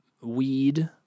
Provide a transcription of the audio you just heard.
weed